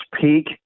peak